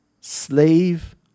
slave